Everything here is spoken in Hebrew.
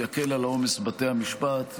יקל על העומס בבתי המשפט,